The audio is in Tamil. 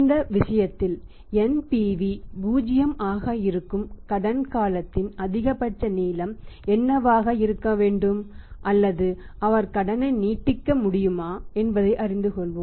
இந்த விஷயத்தில் NPV 0 ஆக இருக்கும் கடன் காலத்தின் அதிகபட்ச நீளம் என்னவாக இருக்க வேண்டும் அல்லது அவர் கடனை நீட்டிக்க முடியுமா என்பதை அறிந்து கொள்வோம்